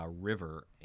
river